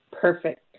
Perfect